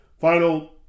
final